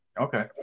Okay